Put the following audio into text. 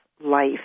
life